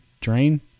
Drain